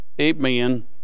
Amen